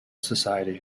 society